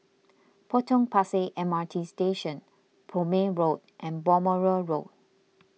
Potong Pasir M R T Station Prome Road and Balmoral Road